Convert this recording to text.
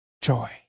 joy